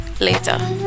later